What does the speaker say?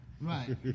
Right